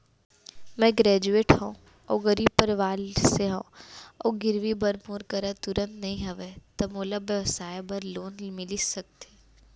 मैं ग्रेजुएट हव अऊ गरीब परवार से हव अऊ गिरवी बर मोर करा तुरंत नहीं हवय त मोला व्यवसाय बर लोन मिलिस सकथे?